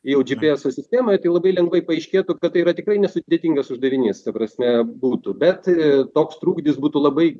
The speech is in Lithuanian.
jau džy py eso sistemai tai labai lengvai paaiškėtų kad tai yra tikrai nesudėtingas uždavinys ta prasme būtų bet toks trukdis būtų labai